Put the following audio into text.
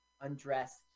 undressed